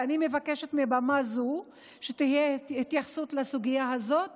אני מבקשת מעל במה זו שתהיה התייחסות לסוגיה הזאת